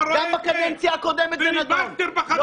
גם בקדנציה הקודמת זה נדון.